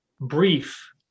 brief